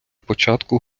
початку